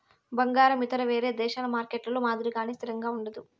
బంగారం ఇతర వేరే దేశాల మార్కెట్లలో మాదిరిగానే స్థిరంగా ఉండదు